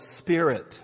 spirit